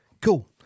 cool